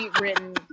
written